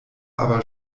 aber